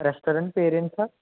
restaurant పేరు ఏంటి sir